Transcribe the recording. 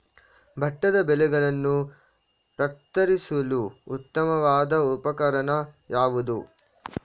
ಭತ್ತದ ಬೆಳೆಗಳನ್ನು ಕತ್ತರಿಸಲು ಉತ್ತಮವಾದ ಉಪಕರಣ ಯಾವುದು?